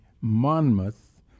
Monmouth